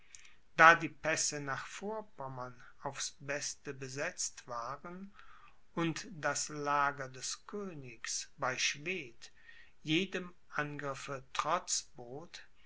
da die pässe nach vorpommern aufs beste besetzt waren und das lager des königs bei schwedt jedem angriffe trotz